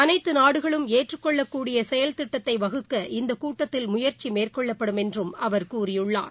அனைத்து நாடுகளும் ஏற்றுக்கொள்ளக்கூடிய செயல் திட்டத்தை வகுக்க இந்த கூட்டத்தில் முயற்சி மேற்கொள்ளப்படும் என்றும் அவர் கூறியுள்ளார்